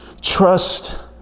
Trust